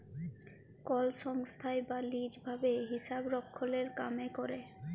call সংস্থায় বা lease ভাবে হিসাবরক্ষলের কামে ক্যরে